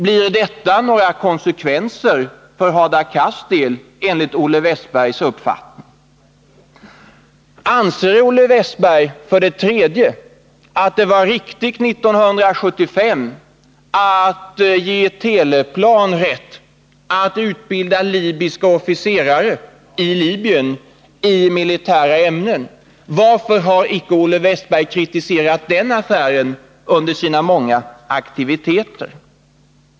Får detta några konsekvenser för Hadar Cars del enligt Olle Wästbergs uppfattning? Så till den tredje frågan: Anser Olle Wästberg att det var riktigt att, som man gjorde 1975, ge AB Teleplan rätt att utbilda libyska officerare i Libyen i militära ämnen? Varför har Olle Wästberg icke kritiserat den affären?